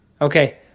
Okay